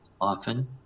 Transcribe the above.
often